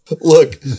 Look